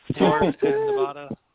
Nevada